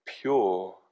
pure